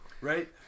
right